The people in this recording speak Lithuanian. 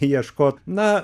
ieškoti na